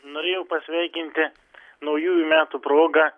norėjau pasveikinti naujųjų metų proga